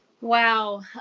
Wow